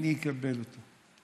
אני אקבל אותו.